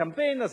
הקמפיין,